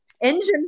engine